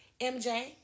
MJ